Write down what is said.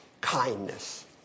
kindness